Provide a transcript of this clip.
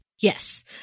Yes